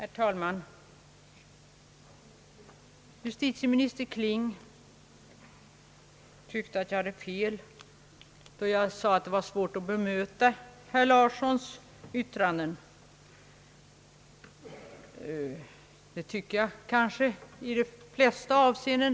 Herr talman! Justitieminister Kling fann att jag hade fel, då jag sade att det var svårt att bemöta herr Nils Theodor Larssons yttranden. Det tycker jag nog ändå i de flesta avseenden.